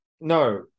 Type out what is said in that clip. No